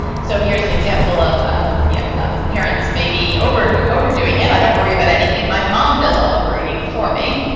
so here's an example of um yeah ah parents maybe overdoing it. i don't worry about anything. my mom does all the worrying for me.